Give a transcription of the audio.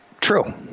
True